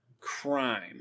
crime